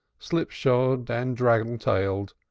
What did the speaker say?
slip-shod and draggle-tailed,